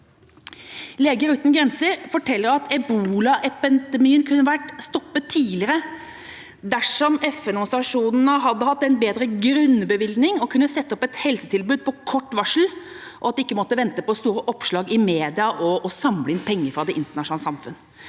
Leger Uten Grenser forteller at ebolaepidemien kunne vært stoppet tidligere dersom FN-organisasjonene hadde hatt en bedre grunnbevilgning og hadde kunnet sette opp et helsetilbud på kort varsel, og at de ikke måtte vente på store oppslag i media og samle inn penger fra det internasjonale samfunnet.